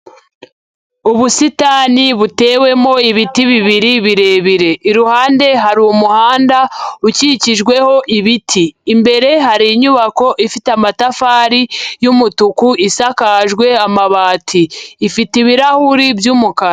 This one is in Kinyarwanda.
Ubusitani butewemo ibiti bibiri birebire, iruhande hari umuhanda ukikijweho ibiti, imbere hari inyubako ifite amatafari y'umutuku isakajwe amabati, ifite ibirahuri by'umukara.